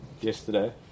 yesterday